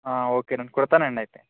okay అండీ కుడతానండి అయితే